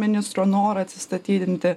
ministro norą atsistatydinti